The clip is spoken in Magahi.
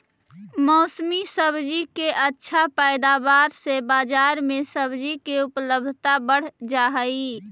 मौसमी सब्जि के अच्छा पैदावार से बजार में सब्जि के उपलब्धता बढ़ जा हई